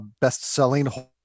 best-selling